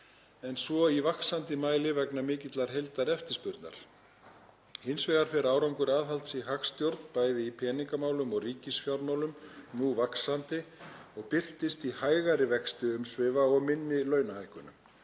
en svo í vaxandi mæli vegna mikillar heildareftirspurnar. Hins vegar fer árangur aðhalds í hagstjórn, bæði í peningamálum og ríkisfjármálum, nú vaxandi og birtist í hægari vexti umsvifa og minni launahækkunum.